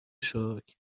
شکر